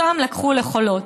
אותם לקחו לחולות.